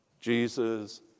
Jesus